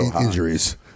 injuries